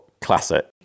classic